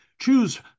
Choose